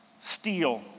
Steal